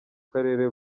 karere